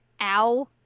ow